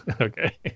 Okay